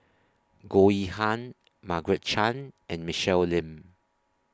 Goh Yihan Margaret Chan and Michelle Lim